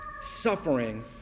Suffering